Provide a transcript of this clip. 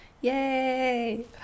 Yay